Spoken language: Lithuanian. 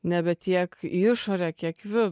nebe tiek į išorę kiek į vidų